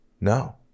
No